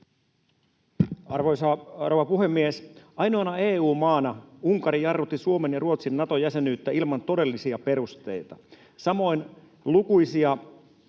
rouva puhemies! Ainoana EU-maana Unkari jarrutti Suomen ja Ruotsin Nato-jäsenyyttä ilman todellisia perusteita, samoin lukuisia